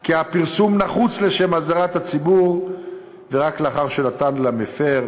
כי הפרסום נחוץ לשם אזהרת הציבור ורק לאחר שנתן למפר